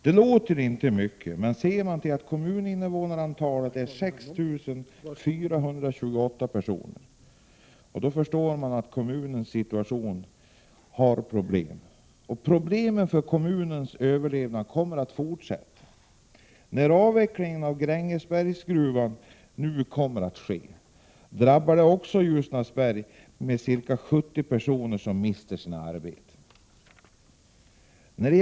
Det låter inte mycket, men med tanke på att antalet kommuninvånare är 6 428 förstår man att kommunen har en problematisk situation. Problemen vad gäller kommunens överlevnad kommer att fortsätta. När avvecklingen av Grängesbergsgruvan kommer att ske drabbar det också Ljusnarsberg, och ca 70 personer mister sina arbeten.